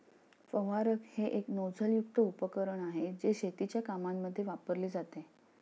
फवारक हे एक नोझल युक्त उपकरण आहे, जे शेतीच्या कामांमध्ये वापरले जाते